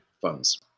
funds